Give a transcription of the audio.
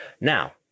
Now